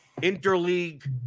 interleague